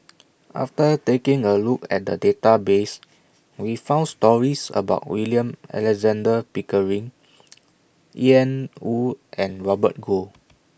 after taking A Look At The Database We found stories about William Alexander Pickering Ian Woo and Robert Goh